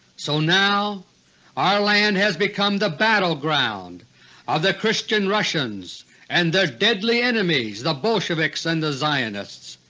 so now our land has become the battleground of the christian russians and their deadly enemies the bolsheviks and the zionists.